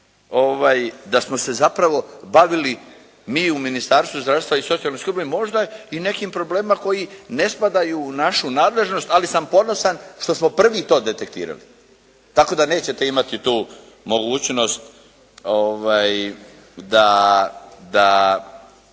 da smo se zapravo bavili mi u Ministarstvu zdravstva i socijalne skrbi možda i nekim problemima koji ne spadaju u našu nadležnost. Ali sam ponosan što smo prvi to detektirali, tako da nećete imati tu mogućnost da